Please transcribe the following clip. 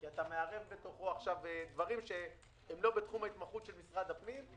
כי אתה מערב בתוכו עכשיו דברים שהם לא בתחום ההתמחות של משרד הפנים.